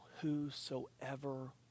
whosoever